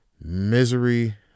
misery